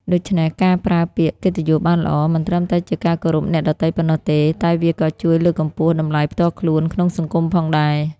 ដូច្នេះ ការប្រើពាក្យកិត្តិយសបានល្អ មិនត្រឹមតែជាការគោរពអ្នកដទៃប៉ុណ្ណោះទេ តែវាក៏ជួយលើកកម្ពស់តម្លៃផ្ទាល់ខ្លួនក្នុងសង្គមផងដែរ។